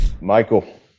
Michael